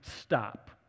Stop